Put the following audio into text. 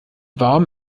warm